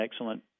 excellent